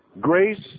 grace